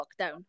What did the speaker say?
lockdown